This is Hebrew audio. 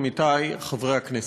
עמיתי חברי הכנסת,